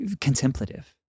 contemplative